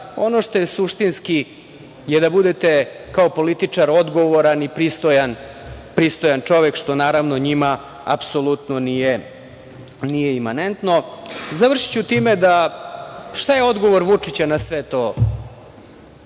ono što je suštinski je da budete kao političar odgovoran i pristojan čovek, što naravno njima apsolutno nije imanentno. Završiću time - šta je odgovor Vučića na sve to